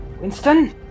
winston